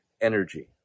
energy